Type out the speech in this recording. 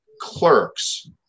clerks